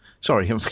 Sorry